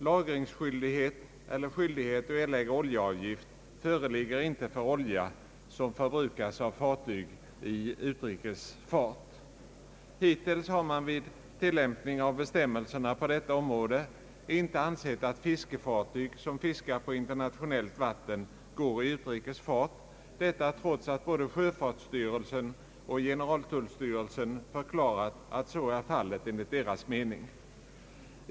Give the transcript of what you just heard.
Lagringsskyldighet eller skyldighet alt erlägga oljeavgift föreligger inte för olja som förbrukas av fartyg i utrikes fart. Hittills har man vid tillämpning av bestämmelserna på detta område inte ansett att fiskefartyg som fiskar på internationellt vatten går i utrikes fart, detta trots att både sjöfartsstyrelsen och generaltullstyrelsen förklarat att så är fallet enligt deras mening.